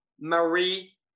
marie